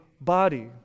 body